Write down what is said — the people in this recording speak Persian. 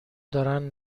دارن